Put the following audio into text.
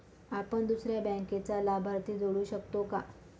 आपण दुसऱ्या बँकेचा लाभार्थी जोडू शकतो का?